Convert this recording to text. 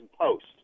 Post